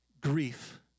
Grief